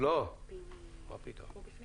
17